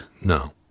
No